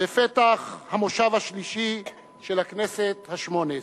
בפתח המושב השלישי של הכנסת השמונה-עשרה,